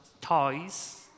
toys